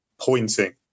pointing